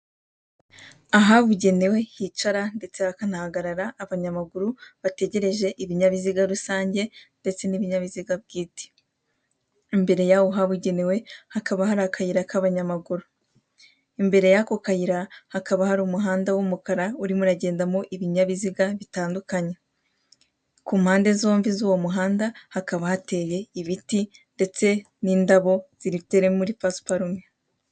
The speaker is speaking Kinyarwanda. Ahabugenewe hicara ndetse hakanahagarara abanyamaguru bategereje ibinyabiziga rusange ndetse n'ibinyabiziga bwite. Imbere y'aho habugenewe hakaba hari akayira k'abanyamaguru, imbere y'ako kayira hakaba hari umuhanda w'umukara urimo uragendamo ibinyabiziga bitandukanye. Ku mpande zombi z'uwo muhanda hakaba hateye ibiti ndetse n'indabo ziritere muri pasiparume.